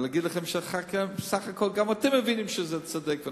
ולהגיד לכם שבסך הכול גם אתם מבינים שזה צודק ונכון.